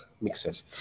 Mixes